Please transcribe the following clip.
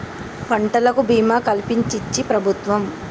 పంటలకు భీమా కలిపించించి ప్రభుత్వం